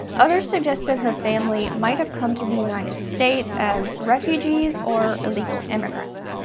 others suggested her family might have come to the united states as refugees or illegal immigrants.